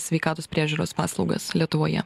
sveikatos priežiūros paslaugas lietuvoje